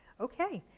okay.